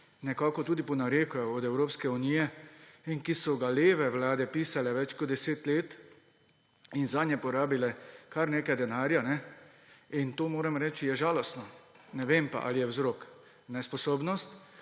nekako tudi po nareku Evropske unije in ki so ga leve vlade pisale več kot 10 let in zanje porabile kar nekaj denarja. In to, moram reči, je žalostno. Ne vem pa, ali je vzrok nesposobnost,